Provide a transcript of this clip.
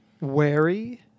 wary